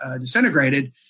disintegrated